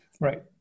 Right